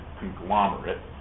conglomerate